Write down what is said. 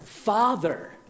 Father